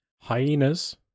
Hyenas